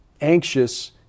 anxious